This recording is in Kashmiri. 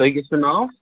تۄہہِ کیاہ چھو ناو